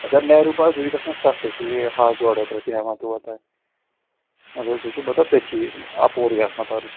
اگر نیروٗ پارک سُہ چھُ گژھان سستہٕ سُہ چھُ یہٕے ہتھ ڈۄڈ ہَتھ رۄپیہِ ہیٚوان تور تانۍ اگر سُہ چھُ مطلب تٔتھی اَپورے آسان تَرُن